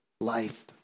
life